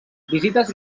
visites